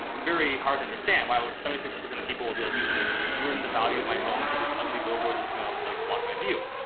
very hard to understand why seventy six percent of people will be like, you can ruin the value of my home and put this ugly billboard. that's going to like block my view.